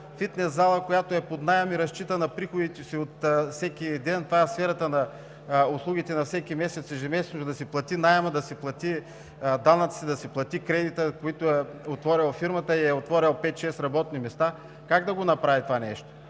фитнес зала, която е под наем и разчита на приходите си от всеки ден, това е в сферата на услугите, всеки месец да си плати наема, да си плати данъците, да си плати кредита, който е взел, отворил е пет-шест работни места, как да го направи това нещо,